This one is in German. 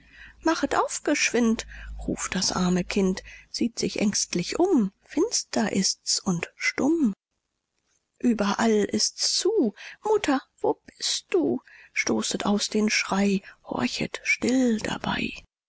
machet auf geschwind ruft das arme kind sieht sich ängstlich um finster ist's und stumm ueberall ist's zu mutter wo bist du stoßet aus den schrei horchet still dabei